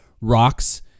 rocks